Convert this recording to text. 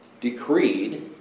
decreed